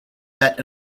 set